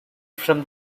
from